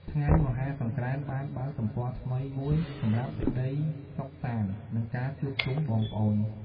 ថ្ងៃមហាសង្ក្រាន្តបានបើកទំព័រថ្មីមួយសម្រាប់សេចក្តីសុខសាន្ត និងការជួបជុំបងប្អូន។